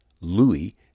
Louis